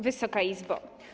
Wysoka Izbo!